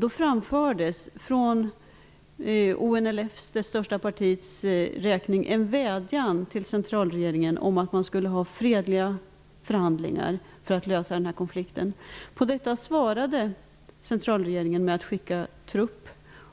Då framfördes från ONLF en vädjan till centralregeringen om att ha fredliga förhandlingar för att lösa konflikten. På detta svarade centralregeringen med att skicka trupp,